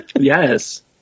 Yes